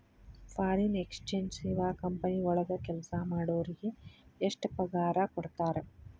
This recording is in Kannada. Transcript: ಫಾರಿನ್ ಎಕ್ಸಚೆಂಜ್ ಸೇವಾ ಕಂಪನಿ ವಳಗ್ ಕೆಲ್ಸಾ ಮಾಡೊರಿಗೆ ಎಷ್ಟ್ ಪಗಾರಾ ಕೊಡ್ತಾರ?